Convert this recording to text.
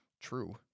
true